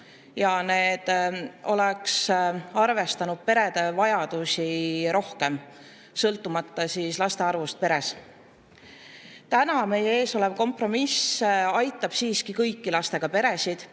ja need oleks arvestanud perede vajadusi rohkem, sõltumata laste arvust peres. Täna meie ees olev kompromiss aitab siiski kõiki lastega peresid.